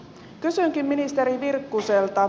kysynkin ministeri virkkuselta